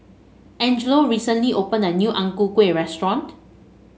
Angelo recently opened a new Ang Ku Kueh restaurant